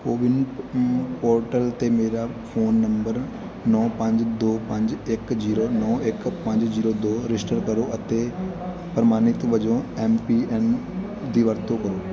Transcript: CoWIN portal ਉੱਤੇ ਮੇਰਾ phone number ਨੌ ਪੰਜ ਦੋ ਪੰਜ ਇੱਕ ਜੀਰੋ ਨੌ ਇੱਕ ਪੰਜ ਜੀਰੋ ਦੋ ਰਜਿਸਟਰ ਕਰੋ ਅਤੇ ਪ੍ਰਮਾਣਿਤ ਵਜੋਂ ਐੱਮ ਪੀ ਆਈ ਐਨ ਦੀ ਵਰਤੋਂ ਕਰੋ